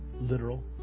literal